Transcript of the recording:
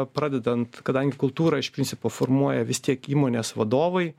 pradedant kadangi kultūrą iš principo formuoja vis tiek įmonės vadovai